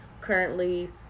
currently